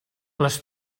les